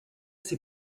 ses